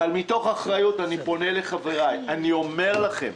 אבל מתוך אחריות אני פונה לחבריי ואומר לכם,